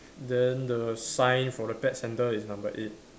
then the sign for the pet centre is number eight